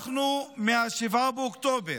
מ-7 באוקטובר,